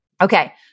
Okay